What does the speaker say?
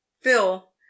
phil